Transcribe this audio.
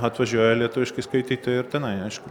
atvažiuoja lietuviškai skaityti ir tenai aišku